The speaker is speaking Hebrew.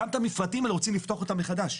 גם את המפרטים האלה רוצים לפתוח אותם מחדש.